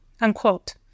unquote